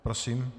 Prosím.